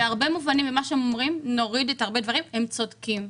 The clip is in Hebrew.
בהרבה מובנים ממה שהם אומרים נוריד הרבה דברים הם צודקים.